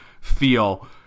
feel